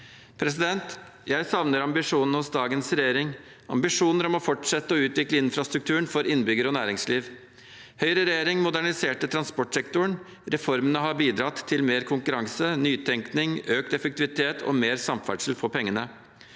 Jeg savner ambisjonene hos dagens regjering, ambisjoner om å fortsette å utvikle infrastrukturen for innbyggere og næringsliv. Høyre i regjering moderniserte transportsektoren. Reformene har bidratt til mer konkurranse, nytenkning, økt effektivitet og mer samferdsel for pengene.